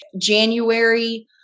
January